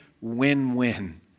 win-win